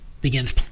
begins